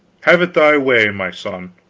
have it thy way, my son.